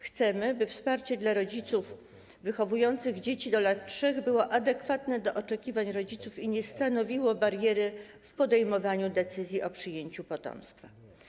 Chcemy, by wsparcie dla rodziców wychowujących dzieci do lat 3 było adekwatne do oczekiwań rodziców i nie stanowiło bariery przy podejmowaniu decyzji o przyjęciu potomstwa.